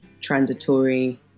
transitory